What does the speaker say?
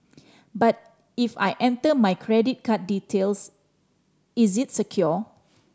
but if I enter my credit card details is it secure